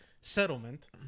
settlement